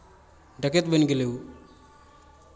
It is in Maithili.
डकैत बनि गेलै ओ